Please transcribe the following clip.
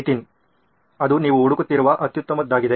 ನಿತಿನ್ ಅದು ನೀವು ಹುಡುಕುತ್ತಿರುವ ಅತ್ಯುತ್ತಮದ್ದಾಗಿದೆ